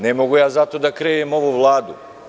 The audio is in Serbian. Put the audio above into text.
Ne moguza to da krivim ovu Vladu.